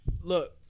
Look